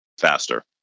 faster